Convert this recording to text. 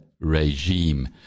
regime